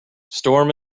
storm